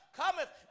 cometh